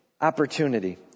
opportunity